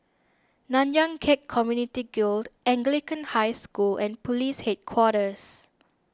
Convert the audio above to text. Nanyang Khek Community Guild Anglican High School and Police Headquarters